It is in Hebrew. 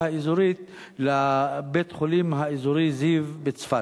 האזורית לבית-החולים האזורי "זיו" בצפת.